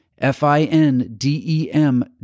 f-i-n-d-e-m